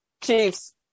Chiefs